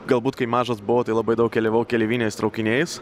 galbūt kai mažas buvau tai labai daug keliavau keleiviniais traukiniais